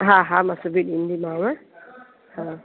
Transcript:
हा हा मां सिबी ॾींदीमांव हा